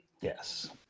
Yes